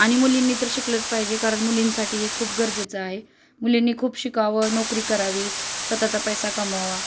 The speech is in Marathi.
आणि मुलींनी तर शिकलंच पाहिजे कारण मुलींसाठी हे खूप गरजेचं आहे मुलींनी खूप शिकावं नोकरी करावी स्वतःचा पैसा कमावा